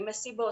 עם מסיבות,